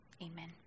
amen